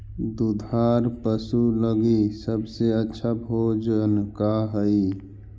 दुधार पशु लगीं सबसे अच्छा भोजन का हई?